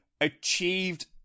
achieved